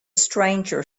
stranger